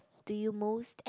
do you most